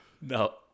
No